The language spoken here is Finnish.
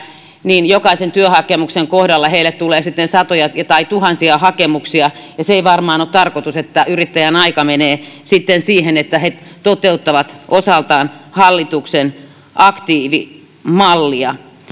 jokaisen työhakemuksen kohdalla tulee sitten satoja tai tuhansia hakemuksia se ei varmaan ole tarkoitus että yrittäjien aika menee sitten siihen että he toteuttavat osaltaan hallituksen aktiivimallia